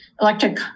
electric